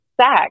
sex